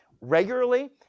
regularly